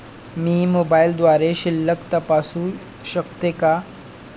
मी मोबाइलद्वारे शिल्लक तपासू शकते का?